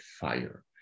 fire